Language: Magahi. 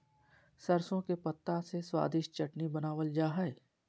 सरसों के पत्ता से स्वादिष्ट चटनी बनावल जा हइ